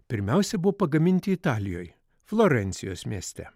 pirmiausia buvo pagaminti italijoje florencijos mieste